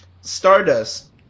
Stardust